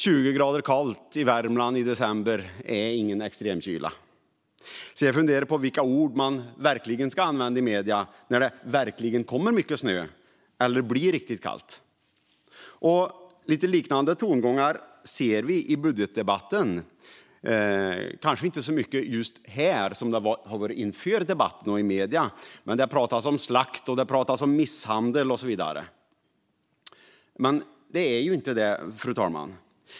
20 grader kallt i Värmland i december är ingen extremkyla. Jag funderar över vilka ord man ska använda i medierna när det verkligen kommer mycket snö eller blir riktigt kallt. Liknande tongångar hör vi i budgetdebatten, kanske inte så mycket här som inför debatten i medierna. Men det har pratats om slakt och misshandel. Fru talman!